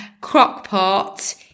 Crock-Pot